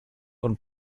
und